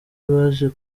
baje